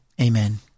amen